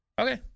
Okay